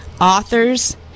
authors